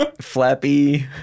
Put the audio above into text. Flappy